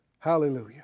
Hallelujah